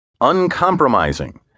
uncompromising